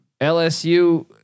LSU